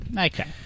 Okay